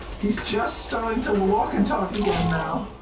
he's just starting to walk and talk again now.